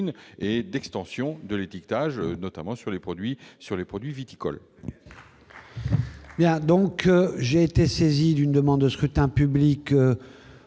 et d'extension de l'étiquetage, notamment pour les produits viticoles.